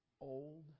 old